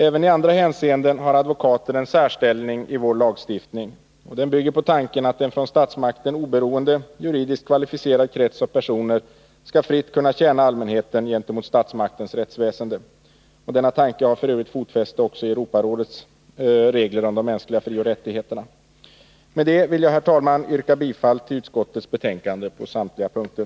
Även i andra hänseenden har advokater en särställning i vår lagstiftning, som bygger på tanken att en från statsmakten oberoende, juridiskt kvalificerad krets av personer skall fritt kunna tjäna allmänheten gentemot statsmaktens rättsväsende. Denna tanke har f. ö. fotfäste också i Europarådets regler om de mänskliga frioch rättigheterna. Med det ber jag, herr talman, att få yrka bifall till utskottets hemställan på samtliga punkter.